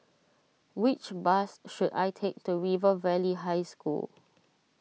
which bus should I take to River Valley High School